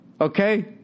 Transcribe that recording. Okay